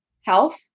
health